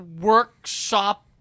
workshop